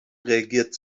reagiert